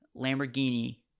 Lamborghini